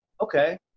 okay